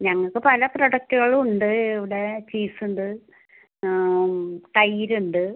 ഞങ്ങൾക്ക് പല പ്രൊഡക്റ്റുകളുണ്ട് ഇവിടെ ചീസ് ഉണ്ട് തൈരുണ്ട്